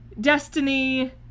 destiny